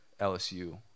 LSU